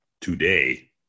Today